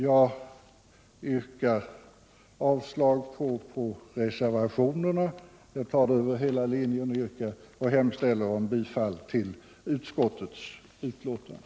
Jag yrkar bifall till utskottets hemställan på alla punkter, vilket innebär avslag på reservationerna.